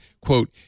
quote